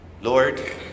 Lord